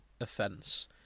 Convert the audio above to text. offence